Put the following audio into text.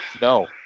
No